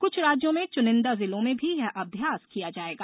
कृछ राज्यों में चुनिंदा जिलों में भी यह अभ्यास किया जाएगा